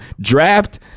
draft